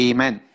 Amen